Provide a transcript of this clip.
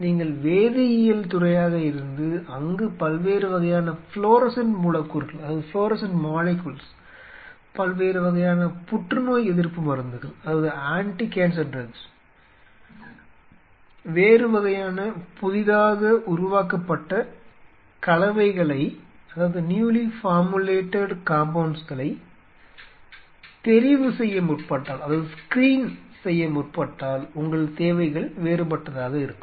நீங்கள் வேதியியல் துறையாக இருந்து அங்கு பல்வேறு வகையான ஃப்ளோரசன்ட் மூலக்கூறுகள் பல்வேறு வகையான புற்றுநோய் எதிர்ப்பு மருந்துகள் வேறு வகையான புதிதாக உருவாக்கப்பட்ட கலவைகளை தெரிவு செய்ய முற்பட்டால் உங்கள் தேவைகள் வேறுபட்டதாக இருக்கும்